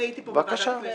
אני הייתי פה בוועדת הכנסת.